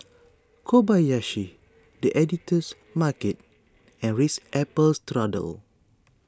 Kobayashi the Editor's Market and Ritz Apple Strudel